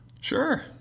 Sure